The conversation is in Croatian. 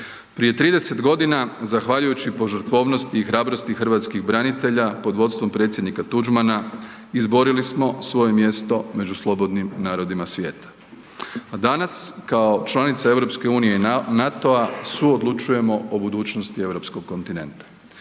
Prije 30.g. zahvaljujući požrtvovnosti i hrabrosti hrvatskih branitelja pod vodstvom predsjednika Tuđmana izborili smo svoje mjesto među slobodnim narodima svijeta. A danas kao članica EU i NATO-a suodlučujemo o budućnosti europskog kontinenta.